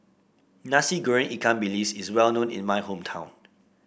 Nasi Goreng Ikan Bilis is well known in my hometown